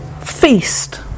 feast